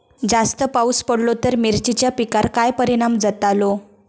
जास्त पाऊस पडलो तर मिरचीच्या पिकार काय परणाम जतालो?